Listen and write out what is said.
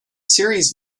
series